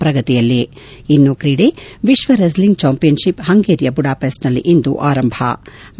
ಪ್ರಗತಿಯಲ್ಲಿ ಇನ್ನು ಕ್ರೀಡೆ ವಿಶ್ಲ ವೈಸ್ಲಿಂಗ್ ಚಾಂಪಿಯನ್ಶಿಪ್ ಹಂಗೇರಿಯ ಬುಡಾಪೆಸ್ಟ್ ನಲ್ಲಿಂದು ಆರಂಭ ಳು